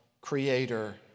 creator